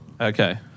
Okay